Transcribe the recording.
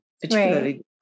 particularly